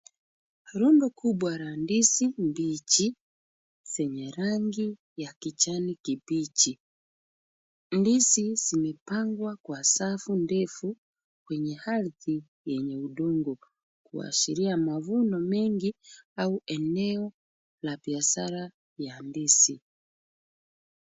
Rundo kubwa la ndizi mbichi zenye rangi ya kijani kibichi. Ndizi zimepangwa kwa safu ndefu kwenye ardhi yenye udongo kuashiria mavuno mengi au eneo la biashara ya ndizi.